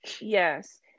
Yes